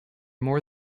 more